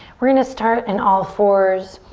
we're gonna start in all fours.